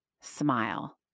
smile